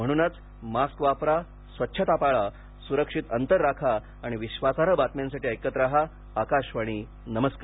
म्हणूनच मास्क वापरा स्वच्छता पाळा सुरक्षित अंतर राखा आणि विश्वासार्ह बातम्यांसाठी ऐकत राहा आकाशवाणी नमस्कार